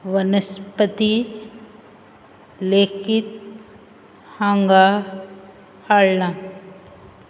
वनस्पती लेखीत हांगा हाळना